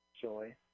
Joy